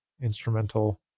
instrumental